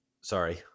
sorry